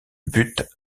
but